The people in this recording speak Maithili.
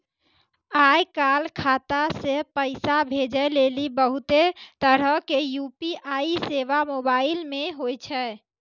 आय काल खाता से पैसा भेजै लेली बहुते तरहो के यू.पी.आई सेबा मोबाइल मे होय छै